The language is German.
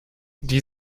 die